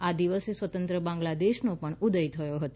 આ દિવસે સ્વતંત્ર બાંગ્લાદેશનો પણ ઉદય થયો હતો